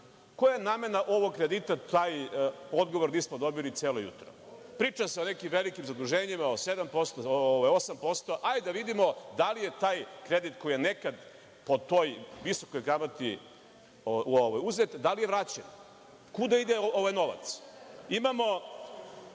Koja je namena ovog kredita, Taj odgovor nismo dobili celo jutro. Priča se o nekim velikim zaduženjima, o 8%, hajde da vidimo da li je taj kredit koji je nekada po toj visokoj kamati uzet, da li je vraćen? Kuda ide ovaj novac. Kažemo